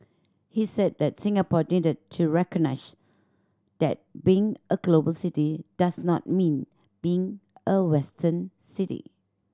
he said that Singapore needed to recognise that being a global city does not mean being a Western city